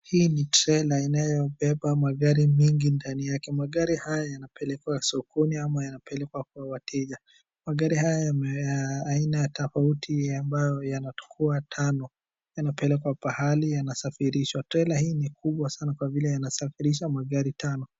Hii ni trela inayobeba magari mingi ndani yake. Magari haya yanapelekwa sokoni ama yanapelekwa kwa wateja. Magari haya ya aina tofauti ambayo yanatukua tano yanaopelekwa pahali yanasafirishwa. Trela hii ni kubwa sana kwa vile inasafirisha magari tano.